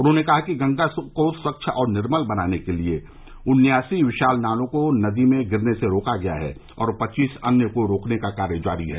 उन्होंने कहा कि गंगा को स्वच्छ और निर्मल बनाने के लिए उन्यासी विशाल नालों को नदी में गिरने से रोका गया है और पच्चीस अन्य को रोकने का कार्य जारी है